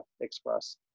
express